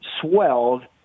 swelled